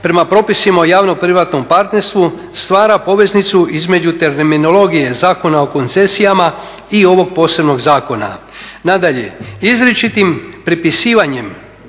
prema propisima o javno privatnom partnerstvu stvara poveznicu između terminologije Zakona o koncesijama i ovog posebnog zakona. Nadalje, izričitim pripisivanje